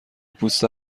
پوست